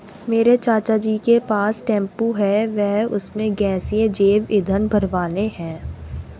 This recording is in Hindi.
मेरे चाचा जी के पास टेंपो है वह उसमें गैसीय जैव ईंधन भरवाने हैं